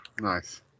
nice